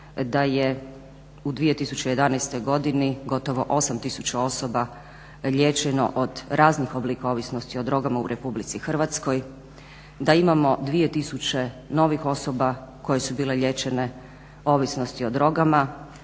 da je u 2011. godini gotovo 8000 osoba liječeno od raznih oblika ovisnosti o drogama u RH, da imamo 2000 novih osoba koje su bile liječene od ovisnosti o drogama,